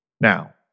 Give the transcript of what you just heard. Now